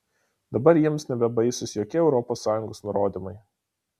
dabar jiems nebebaisūs jokie europos sąjungos nurodymai